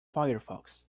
firefox